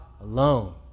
alone